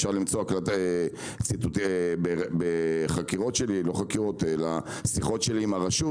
אפשר למצוא ציטוטים שלי בשיחות עם הרשות